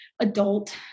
adult